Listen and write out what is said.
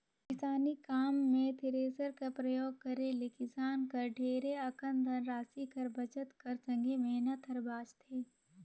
किसानी काम मे थेरेसर कर परियोग करे ले किसान कर ढेरे अकन धन रासि कर बचत कर संघे मेहनत हर बाचथे